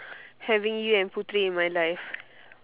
having you and putri in my life